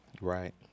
right